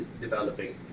developing